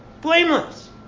Blameless